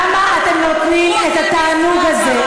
למה אתם נותנים את התענוג הזה?